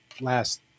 last